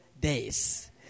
days